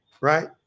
right